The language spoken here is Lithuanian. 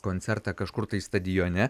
koncertą kažkur tai stadione